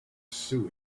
sue